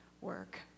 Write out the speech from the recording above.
work